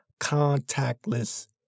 contactless